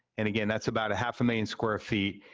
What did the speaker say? and, again, that's about a half a million square feet.